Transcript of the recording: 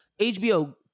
HBO